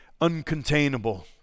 uncontainable